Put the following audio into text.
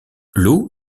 l’eau